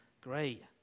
Great